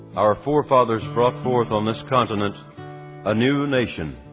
our forefathers brought forth on this continent a new nation,